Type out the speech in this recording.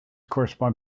correspond